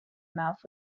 mouth